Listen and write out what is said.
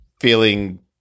feeling